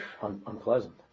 unpleasant